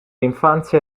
infanzia